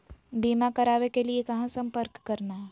बीमा करावे के लिए कहा संपर्क करना है?